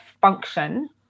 function